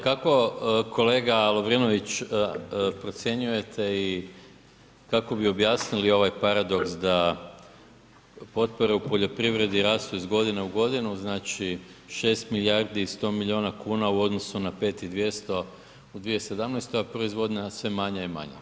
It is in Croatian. Kako kolega Lovrinović, procjenjujete i kako bi objasnili ovaj paradoks da potpore u poljoprivredi rastu iz godine u godinu, znači 6 milijardi i 100 milijuna kuna u odnosu na 5 i 200 a u 2017. a proizvodnja sve manja i manja?